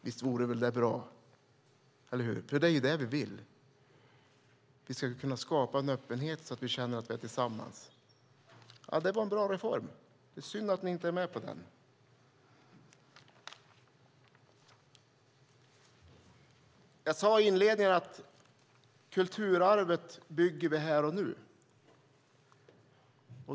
Visst vore det bra? Det är ju det vi vill, eller hur? Vi ska kunna skapa en öppenhet så att vi känner att vi är tillsammans. Det var en bra reform. Det är synd att ni inte är med på den. Jag sade i inledningen att kulturarvet bygger vi här och nu.